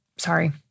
Sorry